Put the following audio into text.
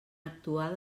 actuar